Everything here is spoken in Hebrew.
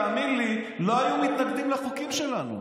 תאמין לי שלא היו מתנגדים לחוקים שלנו.